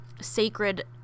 sacred